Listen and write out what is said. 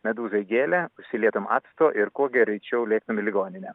medūza įgėlė užsilietum acto ir kuo gereičiau lėktum į ligoninę